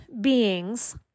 beings